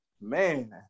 man